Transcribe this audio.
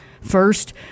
first